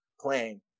playing